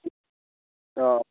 অঁ